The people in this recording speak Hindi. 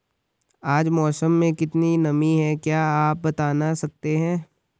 आज मौसम में कितनी नमी है क्या आप बताना सकते हैं?